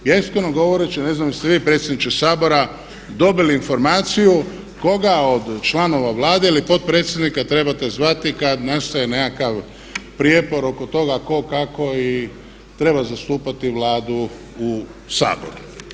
Ja iskreno govoreći ne znam jeste li vi predsjedniče Sabora dobili informaciju koga od članova Vlade ili potpredsjednika trebate zvati kad nastaje nekakav prijepor oko toga tko, kako treba zastupati Vladu u Saboru.